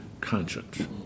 conscience